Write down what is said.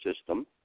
system